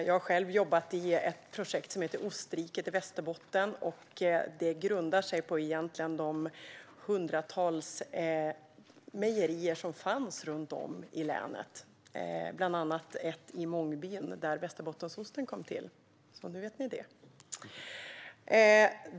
Jag har själv jobbat i ett projekt som heter Ostriket i Västerbotten. Det grundar sig egentligen på de hundratals mejerier som fanns runt om i länet, bland annat ett i Mångbyn, där Västerbottensosten kom till. Nu vet ni det.